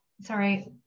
sorry